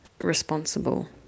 responsible